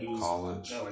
college